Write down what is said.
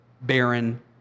barren